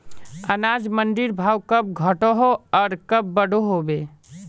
अनाज मंडीर भाव कब घटोहो आर कब बढ़ो होबे?